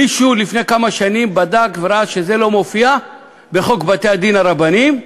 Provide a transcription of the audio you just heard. מישהו בדק לפני כמה שנים וראה שזה לא מופיע בחוק בתי-הדין הרבניים,